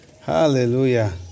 Hallelujah